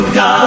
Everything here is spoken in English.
God